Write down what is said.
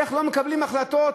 איך לא מקבלים החלטות?